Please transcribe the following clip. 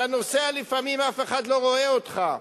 אתה נוסע, לפעמים אף אחד לא רואה אותך.